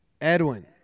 Edwin